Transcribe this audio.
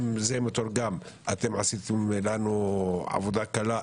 אם זה מתורגם, עשיתם לנו עבודה קלה.